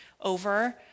over